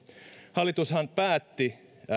hallitushan päätti